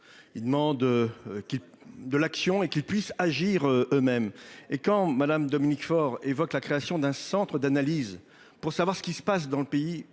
Il demande. Qui de l'action et qu'ils puissent agir eux-mêmes et quand Madame Dominique Faure évoque la création d'un centre d'analyse pour savoir ce qui se passe dans le pays.